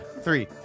three